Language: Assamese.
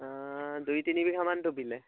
দুই তিনি বিঘামান ডুবিলে